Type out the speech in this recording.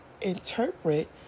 interpret